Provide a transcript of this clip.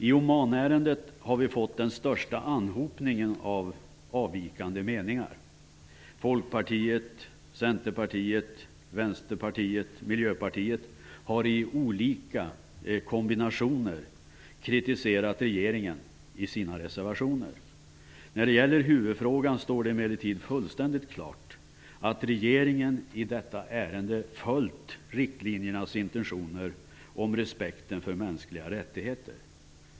I Omanärendet har vi fått den största anhopningen av avvikande meningar. Folkpartiet, Centerpartiet, Vänsterpartiet och Miljöpartiet har i olika kombinationer kritiserat regeringen i reservationer. När det gäller huvudfrågan står det emellertid fullständigt klart att regeringen i detta ärende följt riktlinjernas intentioner om respekten för mänskliga rättigheter.